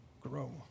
grow